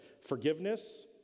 Forgiveness